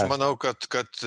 manau kad kad